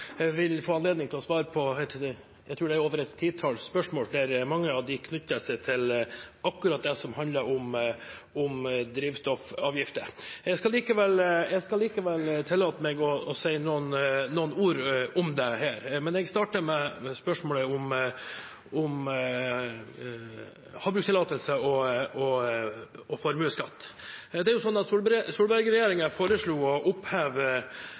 få anledning til å svare på over et titalls spørsmål – tror jeg det er – der mange av dem knytter seg til akkurat det som handler om drivstoffavgifter. Jeg skal likevel tillate meg å si noen ord om det her. Men jeg starter med spørsmålet om havbrukstillatelser og formuesskatt. Solberg-regjeringen foreslo å oppheve en uheldig praksis som har etablert seg, der fiskeri- og